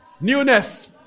newness